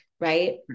right